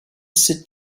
sit